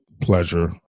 pleasure